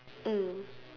mm